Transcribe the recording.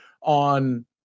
on